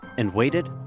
and waited.